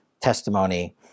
testimony